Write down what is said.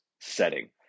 setting